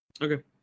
Okay